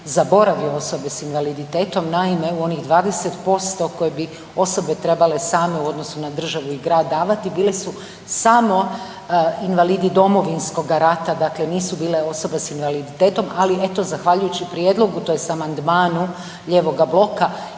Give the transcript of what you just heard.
zaboravio osobe s invaliditetom. Naime, u onih 20% koje bi osobe trebale same u odnosu na državu i grad davati bili su samo invalidi Domovinskoga rata, dakle nisu bile osobe s invaliditetom, ali eto zahvaljujući prijedlogu tj. amandmanu lijevoga bloka